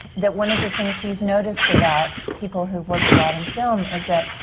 that one of the things he's noticed about people who've worked a lot in film is that.